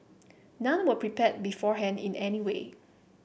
none were prepared beforehand in any way